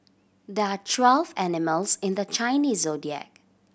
there are twelve animals in the Chinese Zodiac